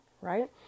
right